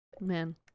man